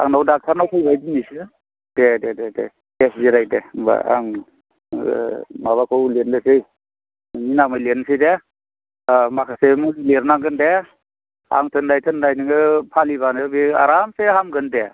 आंनाव डक्टरनाव फैबाय दिनैसो दे दे दे दे दे जिराय दे होनबा आं माबाखौ लिरनोसै नोंनि नामै लिरनोसै दे माखासे मुलि लिरनांगोन दे आं थिननाय थिननाय नोङो फालिबानो बे आरामसे हामगोन दे